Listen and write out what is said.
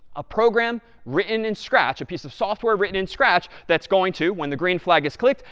a program written in scratch, a piece of software written in scratch that's going to, when the green flag is clicked,